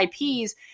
IPs